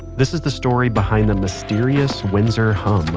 this is the story behind the mysterious windsor hum